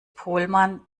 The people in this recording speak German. pohlmann